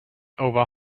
over